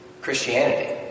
Christianity